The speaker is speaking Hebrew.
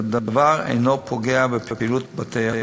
והדבר אינו פוגע בפעילותם.